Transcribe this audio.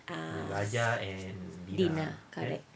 ah lina correct